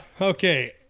Okay